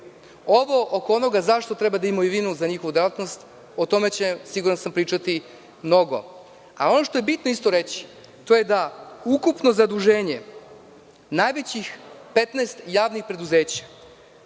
Ovo oko onoga zašto treba da imaju imovinu za njihovu delatnost, o tome će, siguran sam, pričati mnogo. Ono što je bitno takođe reći to je da ukupno zaduženje najvećih 15 javnih preduzeća